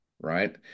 right